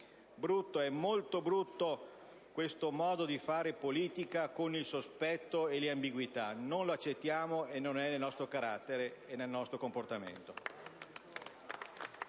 é molto brutto questo modo di fare politica con il sospetto e le ambiguità. Non lo accettiamo. Non è nel nostro carattere e non fa parte del nostro comportamento.